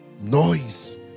noise